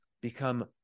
become